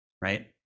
right